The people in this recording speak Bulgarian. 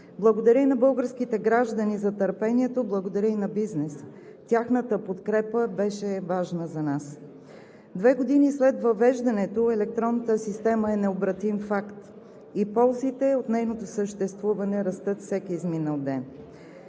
Благодаря и на българските граждани за търпението, благодаря и на бизнеса. Тяхната подкрепа беше важна за нас. Две години след въвеждането електронната система е необратим факт и ползите от нейното съществуване растат с всеки изминал ден.